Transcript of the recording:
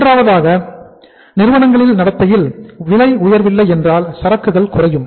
மூன்றாவதாக நிறுவனங்களின் நடத்தையில் விலை உயரவில்லை என்றால் சரக்குகள் குறையும்